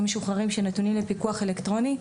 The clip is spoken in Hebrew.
משוחררים שנתונים לפיקוח אלקטרוני,